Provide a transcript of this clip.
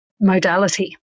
modality